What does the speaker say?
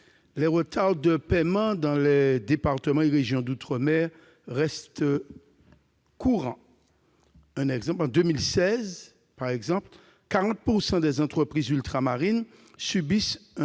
Les retards de paiement dans les départements et régions d'outre-mer restent courants. Par exemple, en 2016, 40 % des entreprises ultramarines subissaient un